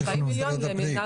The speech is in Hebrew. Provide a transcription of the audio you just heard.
זה 40 מיליון מנהל